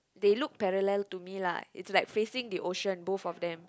they look parallel to me lah it's like facing the ocean both of them